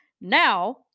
Now